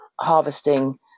harvesting